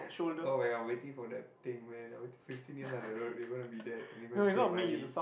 oh-my-god I'm waiting for that thing man I waiting fifteen years down the road you're gonna be that and you're gonna say buddy